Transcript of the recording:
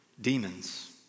demons